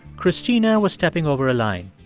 cristina was stepping over a line.